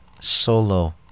solo